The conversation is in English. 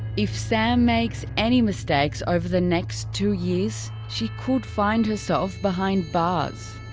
if sam makes any mistakes over the next two years, she could find herself behind bars.